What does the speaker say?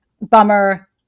Bummer